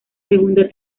segunda